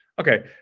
Okay